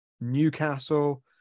Newcastle